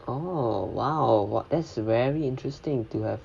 oh !wow! !wah! that's very interesting to have